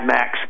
Max